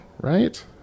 right